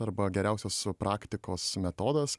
arba geriausios praktikos metodas